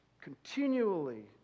continually